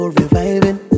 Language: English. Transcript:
reviving